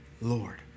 Lord